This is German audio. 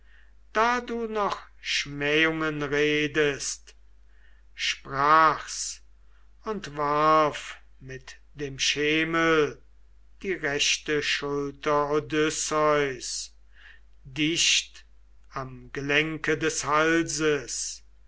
da du noch schmähungen redest sprach's und warf mit dem schemel die rechte schulter odysseus dicht am gelenke des halses